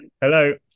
Hello